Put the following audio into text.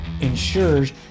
ensures